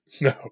No